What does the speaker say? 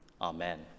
Amen